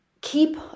keep